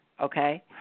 okay